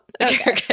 Okay